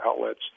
outlets